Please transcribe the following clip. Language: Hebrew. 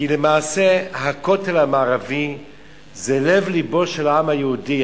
כי למעשה הכותל המערבי זה לב-לבו של העם היהודי,